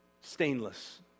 stainless